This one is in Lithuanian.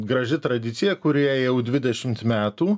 graži tradicija kurie jau dvidešimt metų